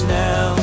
now